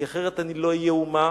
כי אחרת אני לא אהיה אומה,